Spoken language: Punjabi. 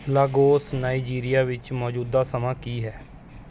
ਲਾਗੋਸ ਨਾਈਜੀਰੀਆ ਵਿੱਚ ਮੌਜੂਦਾ ਸਮਾਂ ਕੀ ਹੈ